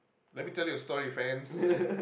let me tell you a story friends